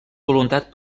voluntat